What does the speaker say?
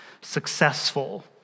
successful